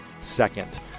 Second